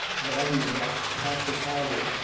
bottom of that plastic housing,